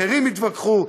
אחרים יתווכחו,